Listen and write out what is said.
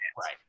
Right